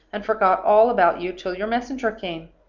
and forgot all about you till your messenger came.